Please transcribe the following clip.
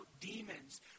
demons